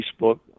Facebook